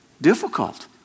difficult